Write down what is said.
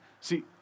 see